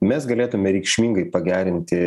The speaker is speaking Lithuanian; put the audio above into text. mes galėtume reikšmingai pagerinti